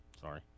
Sorry